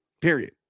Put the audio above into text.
period